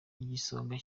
igisonga